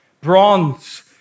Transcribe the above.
bronze